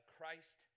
Christ